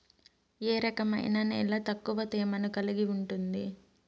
ఏ రకమైన నేల ఎక్కువ తేమను కలిగి ఉంటుంది?